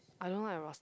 I don't like the Ros~